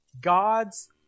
God's